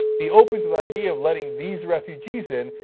be open to the idea of letting these refugees in,